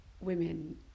women